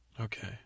Okay